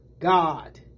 God